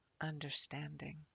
understanding